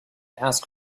ask